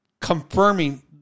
confirming